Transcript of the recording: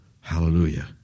Hallelujah